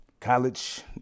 college